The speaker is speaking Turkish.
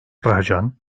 racan